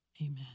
Amen